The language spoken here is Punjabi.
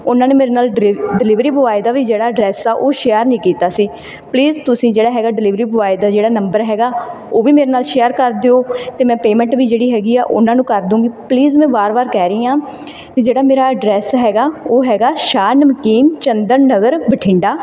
ਉਹਨਾਂ ਨੇ ਮੇਰੇ ਨਾਲ ਡਰੀ ਡਿਲੀਵਰੀ ਬੋਏ ਦਾ ਵੀ ਜਿਹੜਾ ਅਡਰੈਸ ਆ ਉਹ ਸ਼ੇਅਰ ਨਹੀਂ ਕੀਤਾ ਸੀ ਪਲੀਜ਼ ਤੁਸੀਂ ਜਿਹੜਾ ਹੈਗਾ ਡਿਲੀਵਰੀ ਬੋਏ ਦਾ ਜਿਹੜਾ ਨੰਬਰ ਹੈਗਾ ਉਹ ਵੀ ਮੇਰੇ ਨਾਲ ਸ਼ੇਅਰ ਕਰ ਦਿਓ ਅਤੇ ਮੈਂ ਪੇਮੈਂਟ ਵੀ ਜਿਹੜੀ ਹੈਗੀ ਆ ਉਹਨਾਂ ਨੂੰ ਕਰ ਦੂੰਗੀ ਪਲੀਜ਼ ਮੈਂ ਵਾਰ ਵਾਰ ਕਹਿ ਰਹੀ ਹਾਂ ਵੀ ਜਿਹੜਾ ਮੇਰਾ ਅਡਰੈਸ ਹੈਗਾ ਉਹ ਹੈਗਾ ਸ਼ਾਹ ਨਮਕੀਨ ਚੰਦਨ ਨਗਰ ਬਠਿੰਡਾ